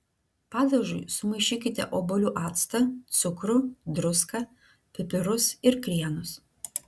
padažui sumaišykite obuolių actą cukrų druską pipirus ir krienus